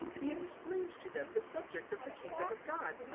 he explained to them the subject of the kingdom of god,